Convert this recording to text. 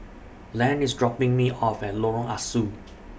Len IS dropping Me off At Lorong Ah Soo